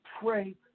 pray